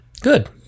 Good